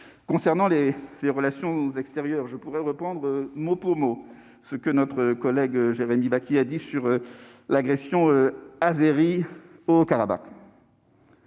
Concernant les relations extérieures, je pourrais reprendre mot pour mot les propos de notre collègue Jérémy Bacchi sur l'agression azérie au Haut-Karabakh.